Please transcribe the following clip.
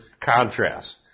contrast